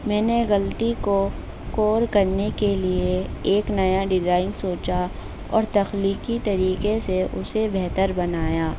میں نے غلطی کو کور کرنے کے لیے ایک نیا ڈیزائن سوچا اور تخلیقی طریقے سے اسے بہتر بنایا